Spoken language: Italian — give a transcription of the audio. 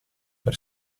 per